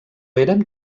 eren